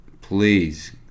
please